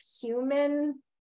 human